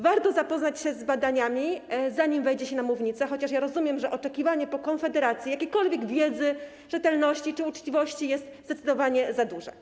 Warto zapoznać się z badaniami, zanim wejdzie się na mównicę, chociaż rozumiem, że oczekiwanie po Konfederacji jakiejkolwiek wiedzy, rzetelności czy uczciwości to zdecydowanie za dużo.